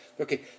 Okay